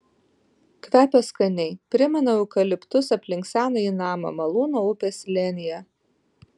kvepia skaniai primena eukaliptus aplink senąjį namą malūno upės slėnyje